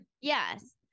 Yes